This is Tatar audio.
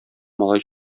малай